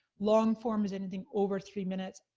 longform is anything over three minutes.